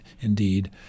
indeed